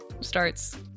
starts